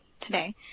today